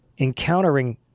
encountering